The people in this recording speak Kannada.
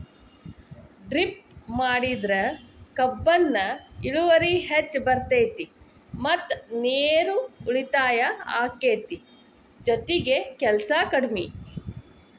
ಡ್ರಿಪ್ ಮಾಡಿದ್ರ ಕಬ್ಬುನ ಇಳುವರಿ ಹೆಚ್ಚ ಬರ್ತೈತಿ ಮತ್ತ ನೇರು ಉಳಿತಾಯ ಅಕೈತಿ ಜೊತಿಗೆ ಕೆಲ್ಸು ಕಡ್ಮಿ